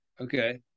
Okay